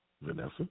Vanessa